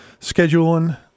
scheduling